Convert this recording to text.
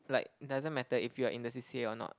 like doesn't matter if you are in the C_C_A or not